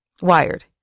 Wired